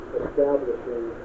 establishing